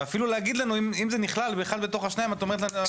ואפילו להגיד לנו אם זה נכלל באחד מתוך השניים את אומרת שאת לא יודעת.